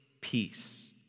peace